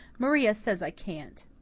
maria says i can't.